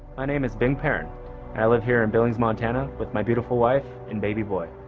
animus been parent hello here and billings montana with my beautiful wife and baby boy